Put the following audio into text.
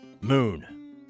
Moon